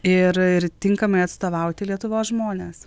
ir ir tinkamai atstovauti lietuvos žmones